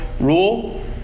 Rule